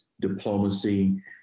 diplomacy